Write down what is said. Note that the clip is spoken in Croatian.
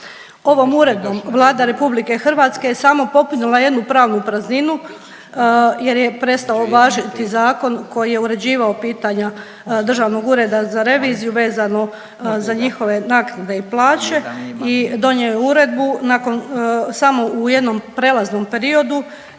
Ovom uredbom Vlada RH je samo popunila jednu pravnu prazninu jer je prestao važiti zakon koji je uređivao pitanja Državnog ureda za reviziju vezano za njihove naknade i plaće i donio je uredbu nakon samo u jednom prelaznom periodu